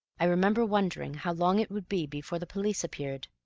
i remember wondering how long it would be before the police appeared.